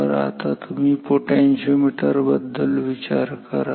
तर आता तुम्ही पोटेन्शिओमीटर बद्दल विचार करा